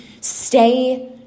stay